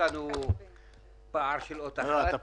הסיפור של תוכניות החומש, שכל